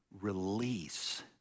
release